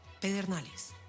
Pedernales